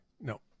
no